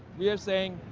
we are saying,